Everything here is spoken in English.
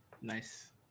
Nice